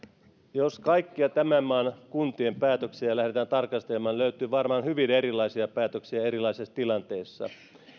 jos kaikkia tämän maan kuntien päätöksiä lähdetään tarkastelemaan löytyy varmaan hyvin erilaisia päätöksiä erilaisissa tilanteissa